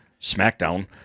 SmackDown